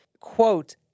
Quote